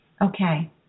Okay